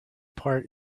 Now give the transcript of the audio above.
part